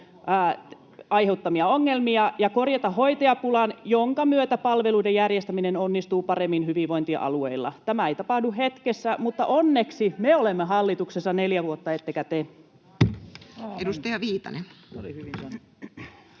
aiheuttamianne ongelmia ja korjata hoitajapulan, jonka myötä palveluiden järjestäminen onnistuu paremmin hyvinvointialueilla. Tämä ei tapahdu hetkessä, mutta onneksi me olemme hallituksessa neljä vuotta ettekä te. [Speech